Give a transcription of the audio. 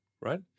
right